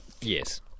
Yes